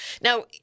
Now